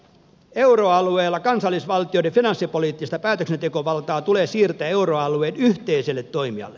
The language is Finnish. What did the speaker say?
euroalueella kansallisvaltioiden finanssipoliittista päätöksentekovaltaa tulee siirtää euroalueen yhteiselle toimijalle